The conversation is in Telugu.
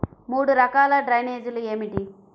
మూడు రకాల డ్రైనేజీలు ఏమిటి?